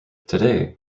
today